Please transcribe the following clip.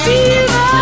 Fever